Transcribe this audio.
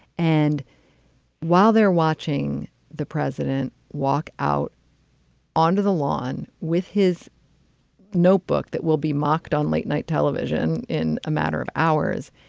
and while they're watching the president walk out onto the lawn with his notebook, that will be mocked on late night television in a matter of hours.